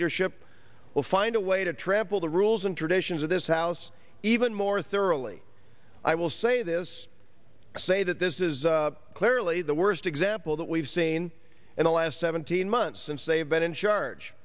leadership will find a way to trample the rules and traditions of this house even more thoroughly i will say this say that this is clearly the worst example that we've seen in the last seventeen months since they've been in ch